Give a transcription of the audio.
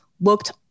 looked